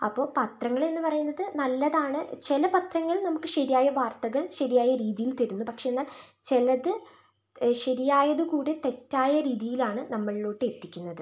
അപ്പോൾ പത്രങ്ങളെന്ന് പറയുന്നത് നല്ലതാണ് ചില പത്രങ്ങൾ നമ്മുക്ക് ശരിയായ വാർത്തകൾ ശരിയായ രീതിയിൽ തരുന്നു പക്ഷെ എന്നാൽ ചെലത് ശരിയായതുകൂടി തെറ്റായ രീതിയിലാണ് നമ്മളിലോട്ട് എത്തിക്കുന്നത്